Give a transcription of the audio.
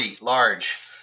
large